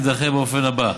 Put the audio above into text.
יידחה באופן הזה: